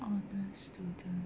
honours student